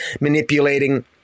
manipulating